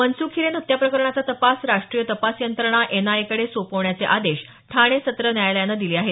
मनसुख हिरेन हत्या प्रकरणाचा तपास राष्ट्रीय तपास यंत्रणा एनआयएकडे सोपवण्याचे आदेश ठाणे सत्र न्यायालयानं दिले आहेत